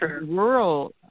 rural